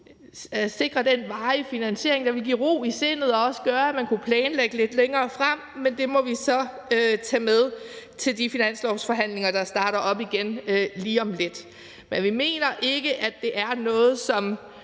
sikre den varige finansiering, der ville give ro i sindet og også gøre, at man kunne planlægge lidt længere frem. Men det må vi så tage med til de finanslovsforhandlinger, der starter op igen lige om lidt. Vi mener ikke, at det er noget, som